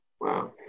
Wow